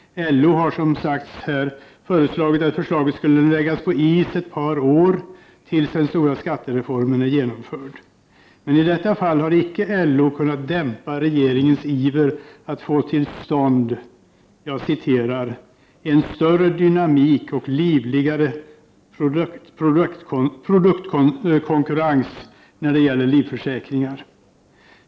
LO har, som just har sagts, föreslagit att förslaget skulle läggas på is ett par år, tills den stora skattereformen är genomförd. Men i detta fall har LO inte kunnat dämpa regeringens iver att få till stånd ”en större dynamik och livligare produktkonkurrens” när det gäller livförsäkringar.